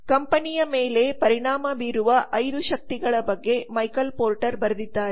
ಕಂಪನಿಯ ಮೇಲೆ ಪರಿಣಾಮ ಬೀರುವ 5 ಶಕ್ತಿಗಳ ಬಗ್ಗೆ ಮೈಕೆಲ್ ಪೋರ್ಟರ್ ಬರೆದಿದ್ದಾರೆ